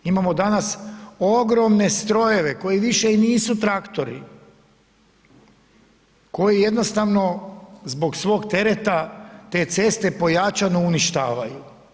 Imamo danas ogromne strojeve koji više i nisu traktori, koji jednostavno zbog svog tereta te ceste pojačano uništavaju.